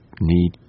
need